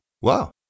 Wow